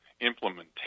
implementation